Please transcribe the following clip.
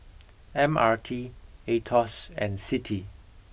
M R T Aetos and Citi